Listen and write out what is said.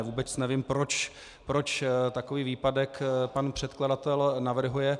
Vůbec nevím, proč takový výpadek pan předkladatel navrhuje.